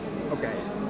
Okay